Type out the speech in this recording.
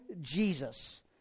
Jesus